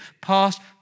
past